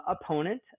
opponent